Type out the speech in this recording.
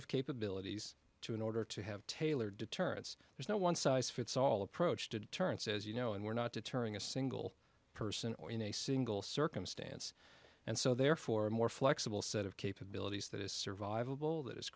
of capabilities to in order to have tailor deterrents there's no one size fits all approach to deterrence as you know and we're not deterring a single person or in a single circumstance and so therefore a more flexible set of capabilities that is survivable